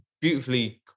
beautifully